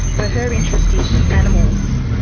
where her interest is animals,